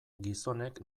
gizonek